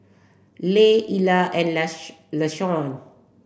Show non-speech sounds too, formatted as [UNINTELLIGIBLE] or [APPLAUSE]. Leigh Illa and [UNINTELLIGIBLE] Lashawn